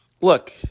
Look